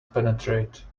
penetrate